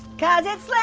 because it's